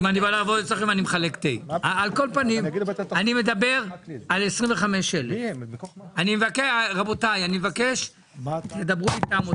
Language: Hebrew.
אני מדבר על 25,000. אני מבקש שתדברו איתם.